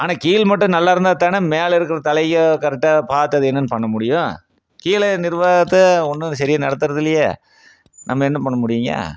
ஆனால் கீழ்மட்டம் நல்லா இருந்தால்தான மேலே இருக்கிற தலையும் கரேக்டா பார்த்து அது என்னன்னு பண்ண முடியும் கீழே நிர்வாகத்தை ஒன்றும் சரியாக நடத்துறதில்லையே நம்ம என்ன பண்ண முடியும்க